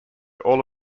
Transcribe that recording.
all